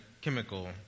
chemical